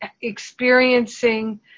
experiencing